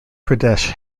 pradesh